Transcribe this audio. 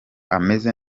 ameze